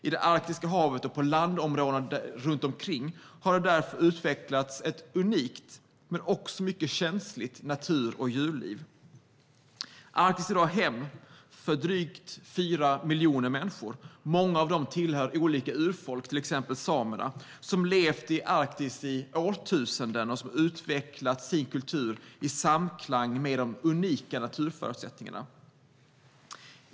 I Arktiska havet och på landområdena runt omkring har det utvecklats ett unikt - men också mycket känsligt - natur och djurliv. Arktis är i dag hem för drygt 4 miljoner människor. Många av dem tillhör olika urfolk, till exempel samerna, som har levt i Arktis i årtusenden och har utvecklat sin kultur i samklang med de unika naturförutsättningarna.